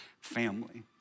family